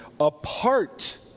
apart